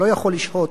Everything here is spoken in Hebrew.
שלא יכול לשהות